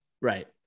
Right